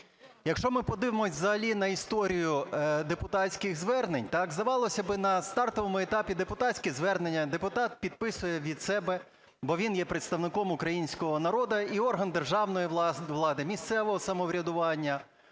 Якщо ми подивимося взагалі на історію депутатських звернень, здавалося б, на стартовому етапі депутатське звернення депутат підписує від себе, бо він є представником українського народу, і орган державної влади, місцевого самоврядування